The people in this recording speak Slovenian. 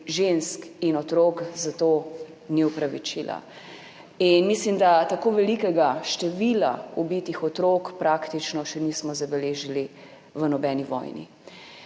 žensk in otrok – za to ni opravičila. Mislim, da tako velikega števila ubitih otrok praktično še nismo zabeležili v nobeni vojni.